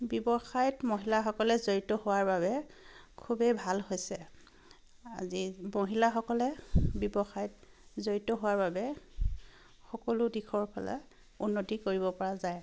ব্যৱসায়ত মহিলাসকলে জড়িত হোৱাৰ বাবে খুবেই ভাল হৈছে আজি মহিলাসকলে ব্যৱসায়ত জড়িত হোৱাৰ বাবে সকলো দিশৰ ফালে উন্নতি কৰিব পৰা যায়